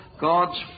God's